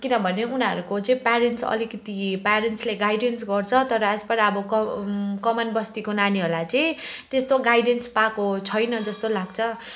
किनभने उनीहरूको चाहिँ प्यारेन्ट्स अलिकति प्यारेन्ट्सले गाइडेन्स गर्छ तर एज पर अब क कमानबस्तीको नानीहरूलाई चाहिँ त्यस्तो गाइडेन्स पाएको छैन जस्तो लाग्छ